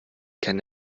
keinen